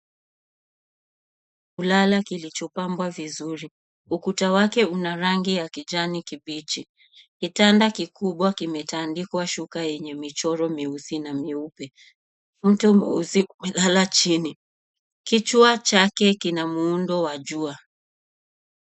Kulala kilichopambwa vizuri. Ukuta wake una rangi ya kijani kibichi. Kitanda kikubwa kimetandikwa shuka yenye michoro myeusi na myeupe. Mto mweusi umelala chini. Kichwa chake kina muundo wa jua.